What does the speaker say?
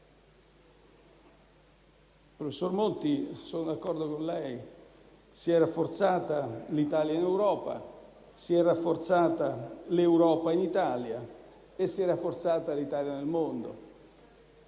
Professor Monti, sono d'accordo con lei: si è rafforzata l'Italia in l'Europa, si è rafforzata l'Europa in Italia e si è rafforzata l'Italia nel mondo.